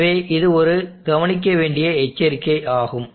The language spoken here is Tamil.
எனவே இது ஒரு கவனிக்க வேண்டிய எச்சரிக்கை ஆகும்